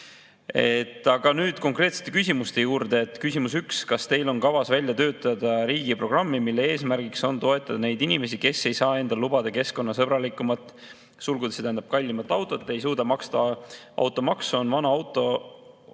Aga nüüd konkreetsete küsimuste juurde. Küsimus number üks: "Kas Teil on kavas välja töötada riigiprogramm, mille eesmärgiks on toetada neid inimesi, kes ei saa endale lubada keskkonnasõbralikumat (st kallimat) autot, ei suuda maksta automaksu oma vana auto